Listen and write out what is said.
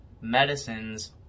medicines